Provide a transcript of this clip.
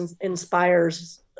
inspires